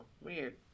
weird